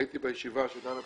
הייתי בישיבה שדנה בפיקדון,